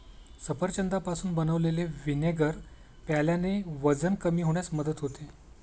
सफरचंदापासून बनवलेले व्हिनेगर प्यायल्याने वजन कमी होण्यास मदत होते